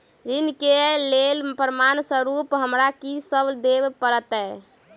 ऋण केँ लेल प्रमाण स्वरूप हमरा की सब देब पड़तय?